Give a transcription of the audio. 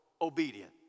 obedient